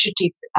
initiatives